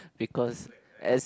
because as